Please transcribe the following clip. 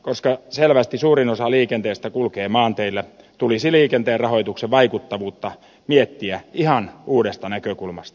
koska selvästi suurin osa liikenteestä kulkee maanteillä tulisi liikenteen rahoituksen vaikuttavuutta miettiä ihan uudesta näkökulmasta